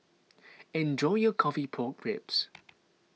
enjoy your Coffee Pork Ribs